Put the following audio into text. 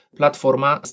platforma